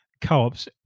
co-ops